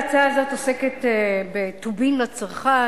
ההצעה הזאת עוסקת בטובין לצרכן,